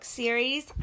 series